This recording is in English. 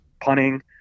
punting